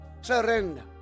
surrender